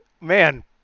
man –